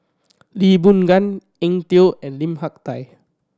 Lee Boon Ngan Eng Tow and Lim Hak Tai